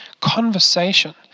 conversation